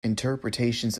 interpretations